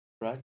right